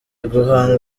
guhanga